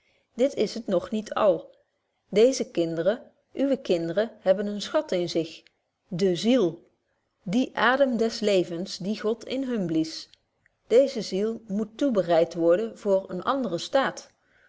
dit is het nog niet al deeze kinderen uwe kinderen hebben een schat in zich de ziel die adem des levens die god in hun blies deeze ziel moet toebereid worden voor betje wolff proeve over de opvoeding eenen anderen staat